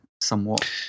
somewhat